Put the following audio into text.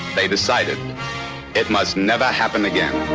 they decided it must never happen again.